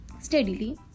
steadily